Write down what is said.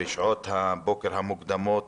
בשעות הבוקר המוקדמות